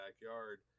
backyard